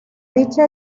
dicha